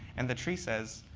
and the tree says,